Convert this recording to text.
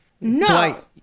no